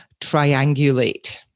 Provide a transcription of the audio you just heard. triangulate